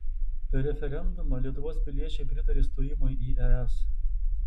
per referendumą lietuvos piliečiai pritarė stojimui į es